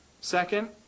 Second